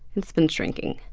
it's been shrinking.